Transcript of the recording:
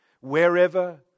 wherever